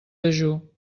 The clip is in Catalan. dejú